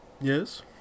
yes